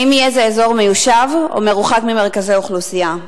האם יהיה זה אזור מיושב או מרוחק ממרכזי אוכלוסייה?